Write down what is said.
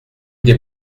des